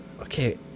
okay